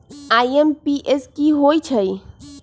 IMPS की होईछइ?